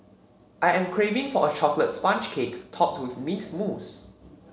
I am craving for a chocolate sponge cake topped with mint mousse